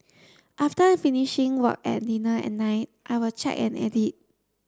after finishing work and dinner at night I will check and edit